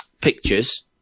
pictures